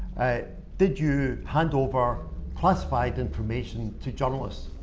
did you hand over classified information to journalists?